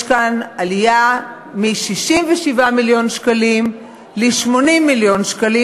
יש כאן עלייה מ-67 מיליון שקלים ל-80 מיליון שקלים.